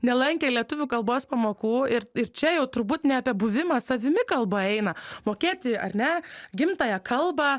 nelankė lietuvių kalbos pamokų ir ir čia jau turbūt ne apie buvimą savimi kalba eina mokėti ar ne gimtąją kalbą